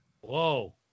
Whoa